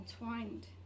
entwined